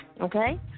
Okay